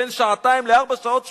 בין שעתיים לארבע שעות שבועיות,